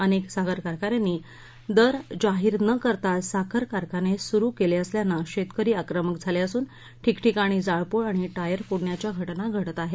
अनेक साखर कारखान्यांनी दर जाहीर न करताच साखर कारखाने सुरु केले असल्यानं शेतकरी आक्रमक झाले असून ठिकठिकाणी जाळपोळ आणि टायर फोडण्याच्या घटना घडत आहेत